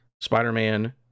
Spider-Man